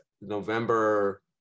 November